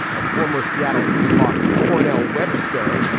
a former seattle seahawks. cornell webster,